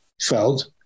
felt